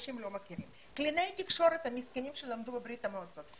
קלינאי תקשורת המסכנים שלמדו בברית המועצות,